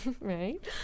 right